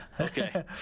Okay